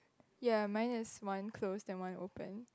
ya mine is one close and one open